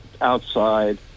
Outside